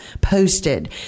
posted